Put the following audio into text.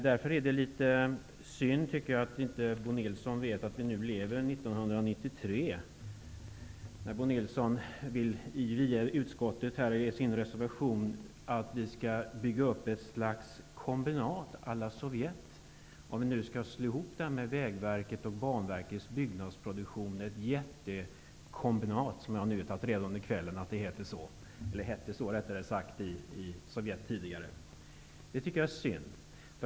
Det är litet synd att Bo Nilsson inte vet att vi lever 1993, när han i sin reservation till betänkandet vill att vi skall bygga upp ett slags kombinat à la Sovjet. Vi skulle alltså slå ihop Vägverkets och Banverkets byggnadsproduktion till ett jättekombinat, som det hette i Sovjet tidigare. Det är synd.